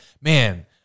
man